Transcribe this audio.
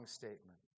statement